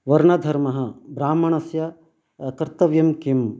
वर्णधर्मः ब्राह्मणस्य कर्तव्यं किम्